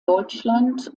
deutschland